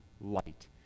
light